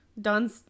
done